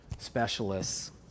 specialists